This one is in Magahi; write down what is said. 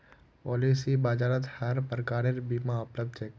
पॉलिसी बाजारत हर प्रकारेर बीमा उपलब्ध छेक